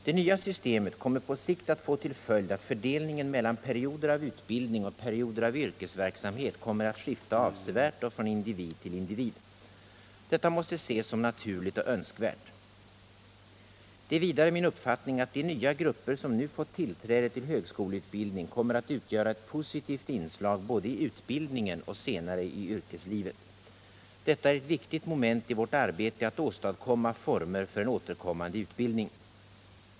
Det nya systemet kommer på sikt att få till följd att fördelningen mellan perioder av utbildning och perioder av yrkesverksamhet kommer att skifta avsevärt från individ till individ. Detta måste ses som naturligt och önskvärt. Det är vidare min uppfattning att de nya grupper som nu fått tillträde till högskoleutbildning kommer att utgöra ett positivt inslag både i utbildningen och senare i yrkeslivet. Detta är ett viktigt moment i vårt arbete att åstadkomma former för en återkommande utbildning.